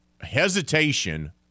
hesitation